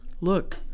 look